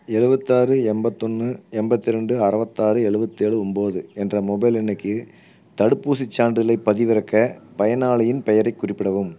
எழுவத்தாறு எண்பத்தொன்னு எண்பத்ரெண்டு அறுபத்தாறு எழுபத்தேழு ஒன்போது என்ற மொபைல் எண்ணுக்கு தடுப்பூசிச் சான்றிதழைப் பதிவிறக்க பயனாளியின் பெயரைக் குறிப்பிடவும்